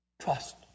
trust